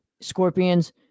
Scorpions